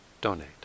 donate